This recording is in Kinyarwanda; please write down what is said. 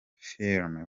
filime